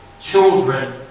children